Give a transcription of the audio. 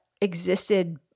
existed